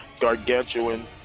gargantuan